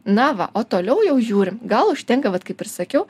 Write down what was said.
na va o toliau jau žiūrim gal užtenka vat kaip ir sakiau